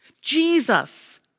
Jesus